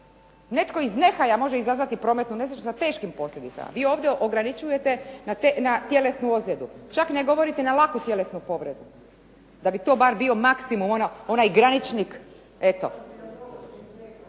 Netko iz nehaja može izazvati prometnu nesreću sa teškim posljedicama. Vi ovdje ograničujete na tjelesnu ozljedu. Čak ne govorite na laku tjelesnu povredu da bi to bar bio maksimum, onaj graničnik, eto.